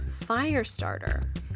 Firestarter